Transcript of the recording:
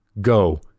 Go